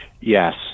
Yes